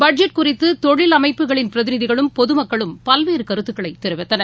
budget குறித்து தொழில் அமைப்புகளின் பிரதிநிதகளும் பொதுமக்களும் பல்வேறு கருத்துக்களைத் கெரிவித்தனர்